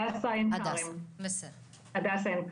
הדסה עין כרם, בסדר.